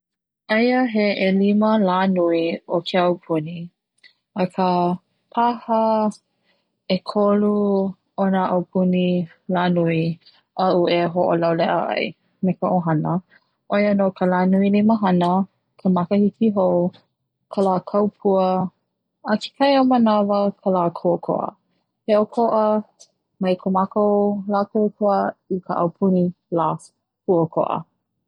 Aia he ʻelima lā nui o ke aupuni paha ʻekolu ona aupuni la nui aʻu e hoʻolauleʻa ai me ka ʻohana ʻoia no ka la nui limahana, ka makahiki hou, ka lā kau pua a kekahi o nā manawa la lā kuʻokoʻa he okoʻa mai ka mākou la kuʻokoʻa mai ka aupuni kuʻokoʻa.